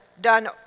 done